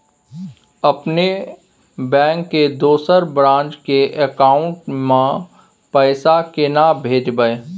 अपने बैंक के दोसर ब्रांच के अकाउंट म पैसा केना भेजबै?